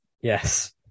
Yes